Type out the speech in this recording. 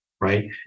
right